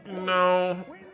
No